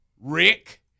Rick